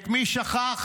את מי שכח,